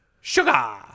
Sugar